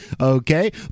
okay